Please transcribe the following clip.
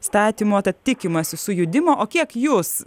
statymo tad tikimasi sujudimo o kiek jūs